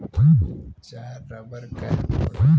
चार rubber cap होला